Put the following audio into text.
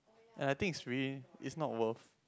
and I think it's really it's not worth